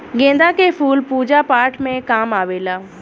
गेंदा के फूल पूजा पाठ में काम आवेला